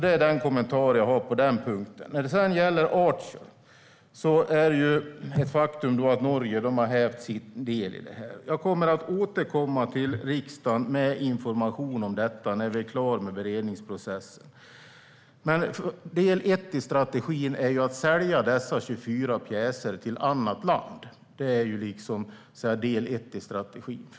Den är den kommentar som jag har på den punkten. När det gäller Archer har Norge hävt sitt köp. Jag kommer att återkomma till riksdagen med information om detta när beredningsprocessen är klar. Men en del i strategin är ju att sälja dessa 24 pjäser till ett annat land.